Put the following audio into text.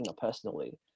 personally